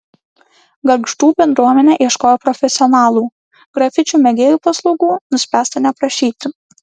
gargždų bendruomenė ieškojo profesionalų grafičių mėgėjų paslaugų nuspręsta neprašyti